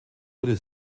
wurde